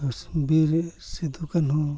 Bir Sidhu Kanhu